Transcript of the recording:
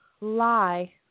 lie